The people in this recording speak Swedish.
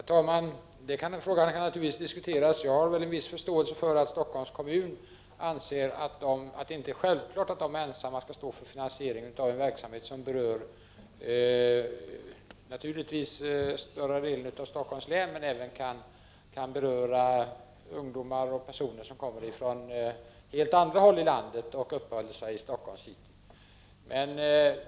Herr talman! Den frågan kan naturligtvis diskuteras. Jag har en viss förståelse för att Stockholms kommun anser att det inte är självklart att de ensamma skall stå för finansieringen av en verksamhet som berör större delen av Stockholms län men även människor som kommer från helt andra håll i landet och uppehåller sig i Stockholms city.